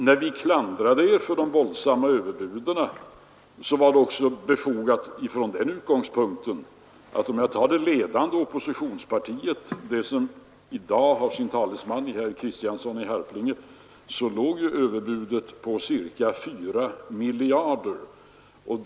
När vi klandrade er för de våldsamma överbuden var det befogat från den utgångspunkten att hos det ledande oppositionspartiet, det som i dag har sin talesman i herr Kristiansson i Harplinge, låg överbudet på ca 4 miljarder kronor.